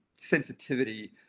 Sensitivity